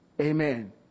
amen